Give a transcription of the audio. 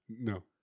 No